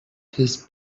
his